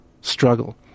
struggle